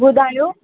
ॿुधायो